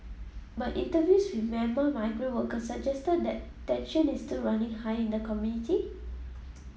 but interviews with Myanmar migrant workers suggested that tension is still running high in the community